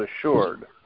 assured